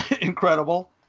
Incredible